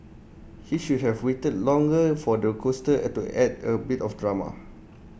he should have waited longer for the coaster add to add A bit of drama